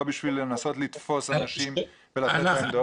בשביל לנסות לתפוס אנשים ולתת להם דוח?